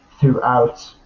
throughout